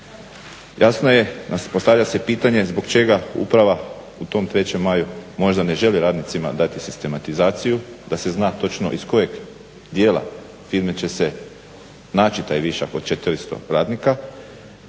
Jasno je, postavlja se pitanje zbog čega uprava u tom 3. maju možda ne želi radnicima dati sistematizaciju da se zna točno iz kojeg dijela firme će se naći taj višak od 400 radnika